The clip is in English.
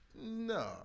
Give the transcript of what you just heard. no